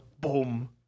boom